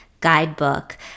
guidebook